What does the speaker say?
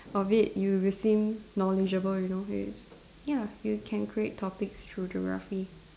of it you will seem knowledgeable you know yes ya you can create topics through geography